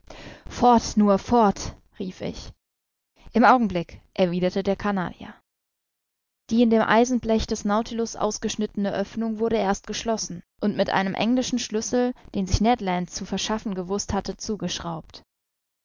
fort nur fort rief ich im augenblick erwiderte der canadier die in dem eisenblech des nautilus ausgeschnittene oeffnung wurde erst geschlossen und mit einem englischen schlüssel den sich ned land zu verschaffen gewußt hatte zugeschraubt